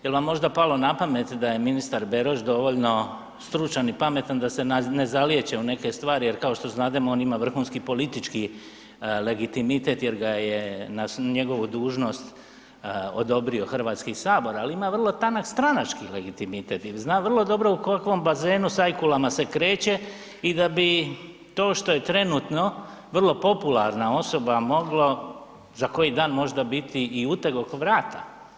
Jel vam možda palo na pamet da je ministar Beroš dovoljno stručan i pametan da se ne zalijeće u neke stvari jer kao što znademo on ima vrhunski politički legitimitet jer ga je na svu njegovu dužnost odobrio HS, al ima vrlo tanak stranački legitimitet jer zna vrlo dobro u kolkom bazenu s ajkulama se kreće i da bi to što je trenutno vrlo popularna osoba moglo za koji dan možda biti i uteg oko vrata.